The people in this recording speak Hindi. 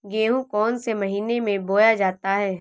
गेहूँ कौन से महीने में बोया जाता है?